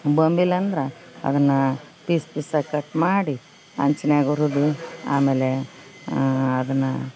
ಬೊಂಬಿಲ ಅಂದ್ರ ಅದನ್ನ piece piece ಆಗಿ ಕಟ್ ಮಾಡಿ ಅಂಚಿನ್ಯಾಗ ಉರುದು ಆಮೇಲೆ ಅದನ್ನ